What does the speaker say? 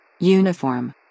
Uniform